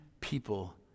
people